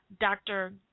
dr